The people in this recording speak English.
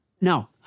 No